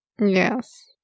Yes